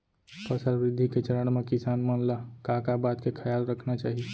फसल वृद्धि के चरण म किसान मन ला का का बात के खयाल रखना चाही?